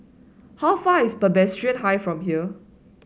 how far away is Presbyterian High from here